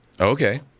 Okay